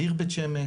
העיר בית שמש,